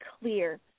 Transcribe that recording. clear